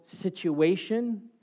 situation